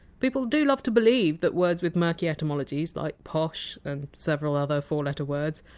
people do love to believe that words with murky etymologies, like posh and several other four letter words,